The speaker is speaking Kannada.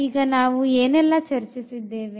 ಈಗ ನಾವು ಏನೆಲ್ಲಾ ಚರ್ಚಿಸಿದ್ದೇವೆ